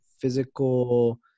physical